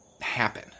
happen